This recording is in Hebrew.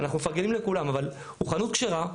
אנחנו מפרגנים לכולם אבל הוא חנות כשרה.